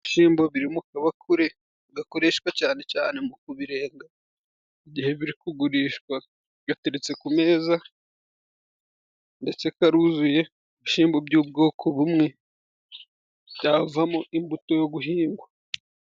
Ibishimbo biri mu kabakure ,gakoreshwa cyane cyane mu kubirenga mu gihe biri kugurishwa, gatetse ku meza ndetse karuzuye, ibishimbo by'ubwoko bumwe bwavamo imbuto yo guhingwa.